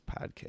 podcast